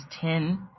ten